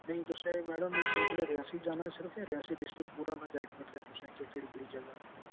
नेईं तुसें मैडम इस थमां पैह्लें रियासी जाना सिर्फ जां रियासी डिस्ट्रिकट पूरा में गाइड करी देआं तुसें गी केह् केह्ड़ी केह्ड़ी जगह्